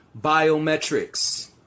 biometrics